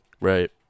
Right